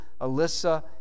Alyssa